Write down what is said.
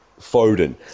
Foden